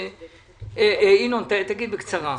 ינון, תגיד בקצרה.